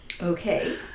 Okay